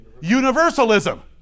Universalism